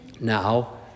Now